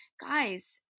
guys